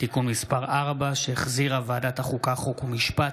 (תיקון מס' 4), שהחזירה ועדת החוקה, חוק ומשפט.